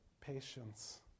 patience